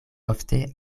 ofte